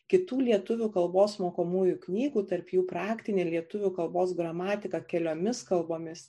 kitų lietuvių kalbos mokomųjų knygų tarp jų praktinė lietuvių kalbos gramatiką keliomis kalbomis